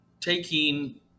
taking